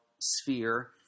sphere